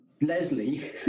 Leslie